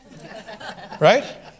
Right